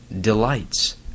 Delights